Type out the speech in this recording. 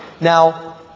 Now